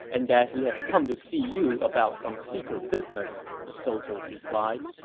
and that he has come to see you about some secret business, the soldiers replied